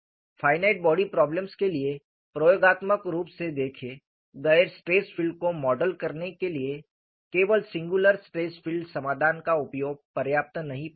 finite body problems के लिए प्रयोगात्मक रूप से देखे गए स्ट्रेस फील्ड को मॉडल करने के लिए केवल सिंगुलर स्ट्रेस फील्ड समाधान का उपयोग पर्याप्त नहीं पाया गया